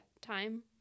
time